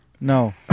No